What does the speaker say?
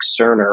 Cerner